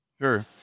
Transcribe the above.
Sure